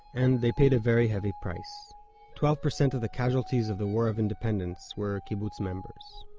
and they paid a very heavy price twelve percent of the casualties of the war of independence were kibbutz members